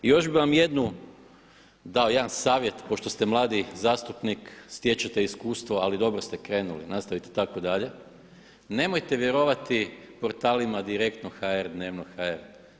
I još bi vam jednu, dao jedan savjet pošto ste mladi zastupnik, stječete iskustvo ali dobro ste krenuli, nastavite tako dalje, nemojte vjerovati portalima Direktno.hr, Dnevno.hr.